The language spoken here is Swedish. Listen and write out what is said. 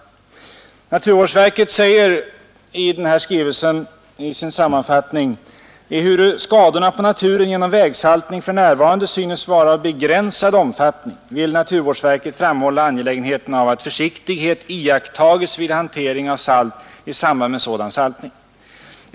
Naturvårdsverket säger i sammanfattningen av sin skrivelse följande: ”Ehuru skadorna på naturen genom vägsaltning för närvarande synes vara av begränsad omfattning vill naturvårdsverket framhålla angelägenheten av att försiktighet iakttages vid hantering av salt i samband med sådan saltning.